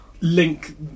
link